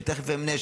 שתכף אמנה,